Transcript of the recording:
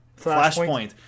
Flashpoint